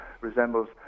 resembles